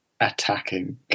attacking